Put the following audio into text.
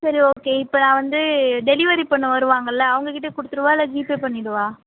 சரி ஓகே இப்போ நான் வந்து டெலிவரி பண்ண வருவாங்கல்ல அவங்கள்கிட்ட கொடுத்துடவா இல்லை ஜிபே பண்ணிவிடவா